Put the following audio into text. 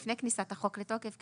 לפני כניסת החוק לתוקף,